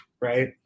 right